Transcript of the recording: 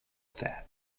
that